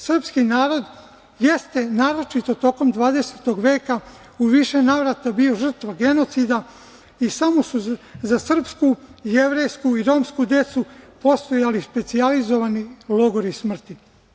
Srpski narod jeste naročito tokom 20. veka u više navrata bio žrtva genocida i samo su za srpsku, jevrejsku i romsku decu postojali specijalizovani logori smrti.